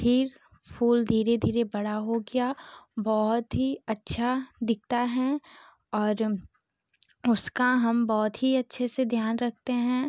फिर फूल धीरे धीरे बड़ा हो गया बहुत ही अच्छा दिखता है और उसका हम बहुत ही अच्छे से ध्यान रखते हैं